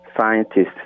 scientists